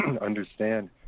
understand